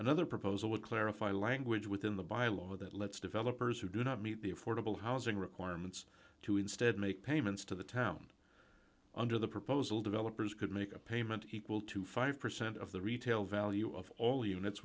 another proposal would clarify language within the bylaw that lets developers who do not meet the affordable housing requirements to instead make payments to the town under the proposal developers could make a payment equal to five percent of the retail value of all